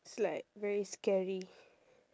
it's like very scary